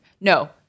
no